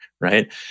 right